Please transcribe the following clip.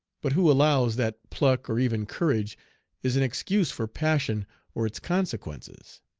but who allows that pluck or even courage is an excuse for passion or its consequences?